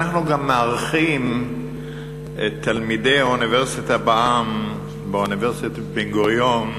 אנחנו גם מארחים את תלמידי ה"אוניברסיטה בעם" באוניברסיטת בן-גוריון,